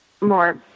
more